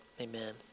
amen